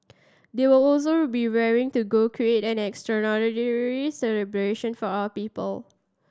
they were also be raring to go create an celebration for our people